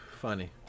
Funny